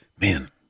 Man